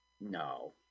No